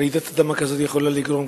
שרעידת אדמה כזו יכולה לגרום.